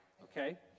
okay